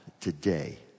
today